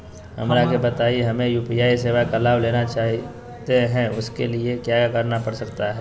हमरा के बताइए हमें यू.पी.आई सेवा का लाभ लेना चाहते हैं उसके लिए क्या क्या करना पड़ सकता है?